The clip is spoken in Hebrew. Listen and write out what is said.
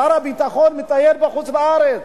שר הביטחון מטייל בחוץ-לארץ.